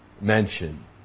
mention